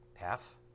Half